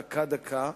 דקה-דקה.